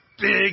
big